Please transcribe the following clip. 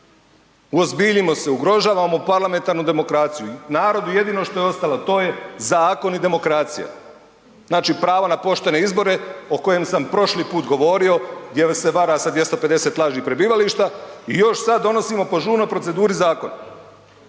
Uozbiljimo se, ugrožavamo parlamentarnu demokraciju. Narodu jedino što je ostalo to je zakon i demokracija. Znači pravo na poštene izbore o kojem sam prošli put govorio jer se vara sa 250 lažnih prebivališta i još sad donosimo po žurnoj proceduri zakon.